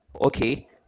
okay